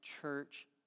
church